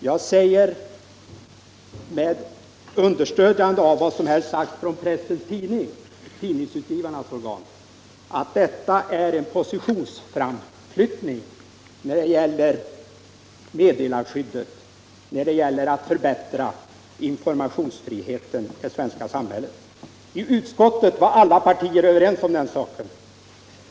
Jag säger med understödjande av vad som har sagts i Pressens Tidning, Tidningsutgivareföreningens organ, att detta är en positionsframflyttning för meddelarskyddet, för att förbättra informationsfriheten i det svenska samhället. I utskottet var alla partier överens om den saken.